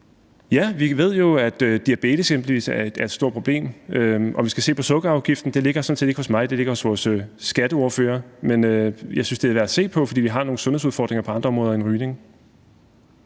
Ja, vi ved jo, at eksempelvis diabetes er et stort problem, og vi skal se på sukkerafgiften. Det ligger sådan set ikke hos mig; det ligger hos vores skatteordfører. Men jeg synes, det er værd at se på, for vi har nogle sundhedsudfordringer på andre områder end rygning.